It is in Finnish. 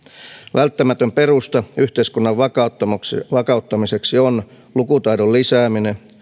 välttämätön perusta yhteiskunnan vakauttamiseksi vakauttamiseksi on lukutaidon lisääminen